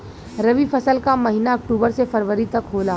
रवी फसल क महिना अक्टूबर से फरवरी तक होला